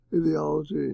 ideology